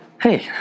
Hey